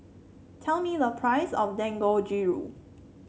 tell me the price of Dangojiru